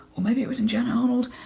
or maybe it was in gen arnold,